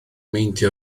meindio